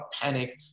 panic